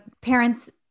parents